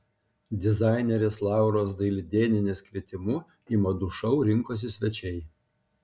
dizainerės lauros dailidėnienės kvietimu į madų šou rinkosi svečiai